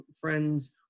friends